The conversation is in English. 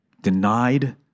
Denied